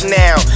now